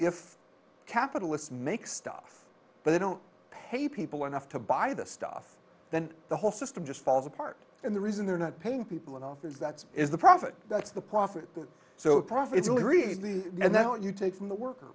if capitalists make stuff but they don't pay people enough to buy the stuff then the whole system just falls apart and the reason they're not paying people enough is that is the profit that's the profit so profits really really and then you take from the worker